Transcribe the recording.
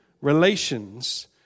relations